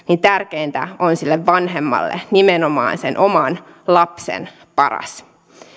tärkeintä on sille vanhemmalle nimenomaan sen oman lapsen paras